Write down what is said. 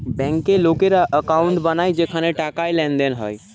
বেঙ্কে লোকেরা একাউন্ট বানায় যেখানে টাকার লেনদেন হয়